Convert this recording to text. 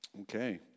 Okay